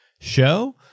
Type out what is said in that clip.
show